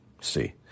see